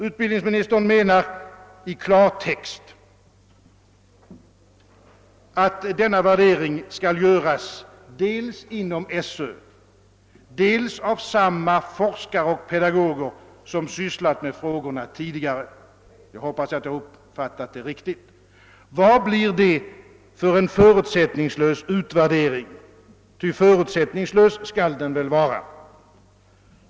Utbildningsministern menar i klartext att denna värdering skall göras dels inom skol överstyrelsen, dels av samma forskare och pedagoger som sysslat med frågorna tidigare. Jag hoppas att jag uppfattat detta riktigt. Vad blir det för en förutsättningslös utvärdering — ty förutsättningslös skall den väl vara?